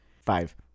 Five